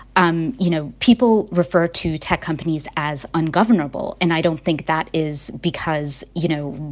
um you know, people refer to tech companies as ungovernable. and i don't think that is because, you know,